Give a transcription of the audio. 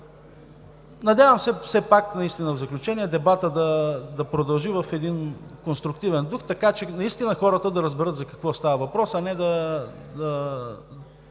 Надявам се, все пак в заключение дебатът да продължи в един конструктивен дух, така че наистина хората да разберат за какво става въпрос, а не да